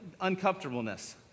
uncomfortableness